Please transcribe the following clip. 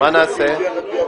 מה נעשה?